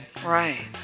Right